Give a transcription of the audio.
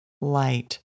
light